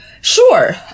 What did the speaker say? Sure